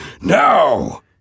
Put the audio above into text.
now